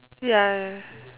ya